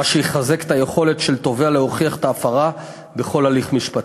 מה שיחזק את היכולת של תובע להוכיח את ההפרה בכל הליך משפטי.